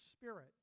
spirit